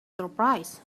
surprise